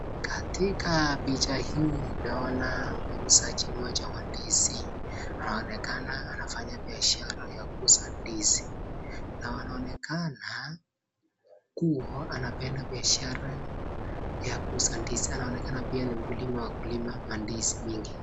Katika picha hii ninaona muuzaji mmoja wa ndizi, anaonekana anafanya biashara ya kuuza ndizi na anaonekana kuwa anapenda biashara ya kuuza ndizi, anaonekana pia ni mkulima wa kulima ndizi nyingi.